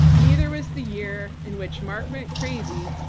neither was the year in which mark went crazy,